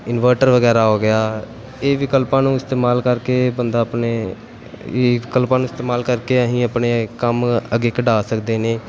inverter ਵਗੈਰਾ ਹੋ ਗਿਆ ਇਹ ਵਿਕਲਪਾਂ ਨੂੰ ਇਸਤੇਮਾਲ ਕਰਕੇ ਬੰਦਾ ਆਪਣੇ ਵੀ ਵਿਕਲਪਾਂ ਨੂੰ ਇਸਤੇਮਾਲ ਕਰਕੇ ਅਸੀਂ ਆਪਣੇ ਕੰਮ ਅੱਗੇ ਕਢਾ ਸਕਦੇ ਨੇ